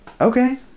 okay